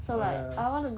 okay